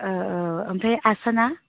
औ औ ओमफ्राय आसाना